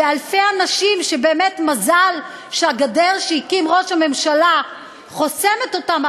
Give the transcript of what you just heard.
ואלפי אנשים שבאמת מזל שהגדר שהקים ראש הממשלה חוסמת אותם,